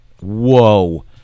Whoa